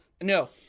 No